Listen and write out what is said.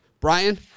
Brian